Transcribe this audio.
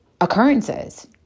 occurrences